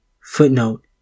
Footnote